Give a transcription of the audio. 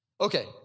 Okay